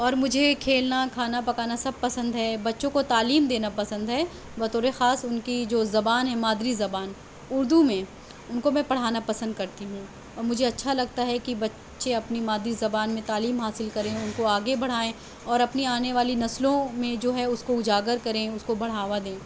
اور مجھے کھیلنا کھانا پکانا سب پسند ہے بچوں کو تعلیم دینا پسند ہے بطور خاص ان کی جو زبان ہے مادری زبان اردو میں ان کو میں پڑھانا پسند کرتی ہوں اور مجھے اچھا لگتا ہے کہ بچے اپنی مادری زبان میں تعلیم حاصل کریں ان کو آگے بڑھائیں اور اپنی آنے والی نسلوں میں جو ہے اس کو اجاگر کریں اس کو بڑھاوا دیں